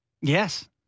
Yes